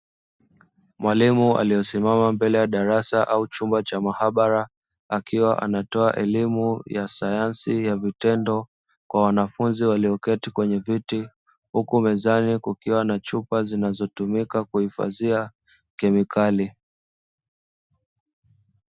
Mwalimu aliosimama mbele ya darasa au chumba cha maabara, akiwa anatoa elimu ya sayansi ya vitendo kwa wanafunzi walioketi kwenye viti, huku mezani kukiwa na chupa zinazotumika kuhifadhia kemikali.